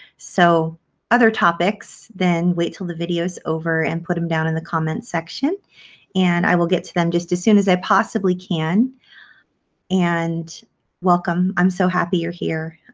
so other topics then wait till the videos over and put them down in the comment section and i will get to them just as soon as i possibly can and welcome. i'm so happy you're here.